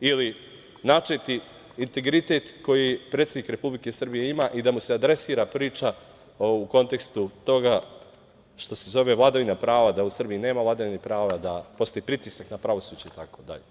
ili načeti integritet koji predsednik Republike Srbije ima i da mu se adresira priča u kontekstu toga što se zove vladavina prava, da u Srbiji nema vladavine prava, da postoji pritisak na pravosuđe itd.